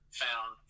found